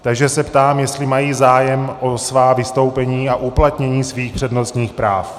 Takže se ptám, jestli mají zájem o svá vystoupení a uplatnění svých přednostních práv.